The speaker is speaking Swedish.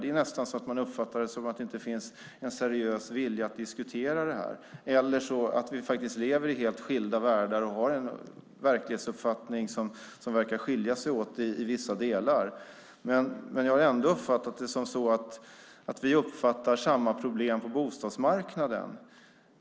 Det är nästan så att man uppfattar det som att det inte finns en seriös vilja att diskutera detta eller att vi faktiskt lever i helt skilda världar och att vi har en verklighetsuppfattning som verkar skilja sig åt i vissa delar. Men jag har ändå förstått det som att vi uppfattar samma problem på bostadsmarknaden.